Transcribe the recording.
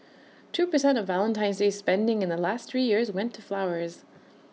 two per cent of Valentine's day spending in the last three years went to flowers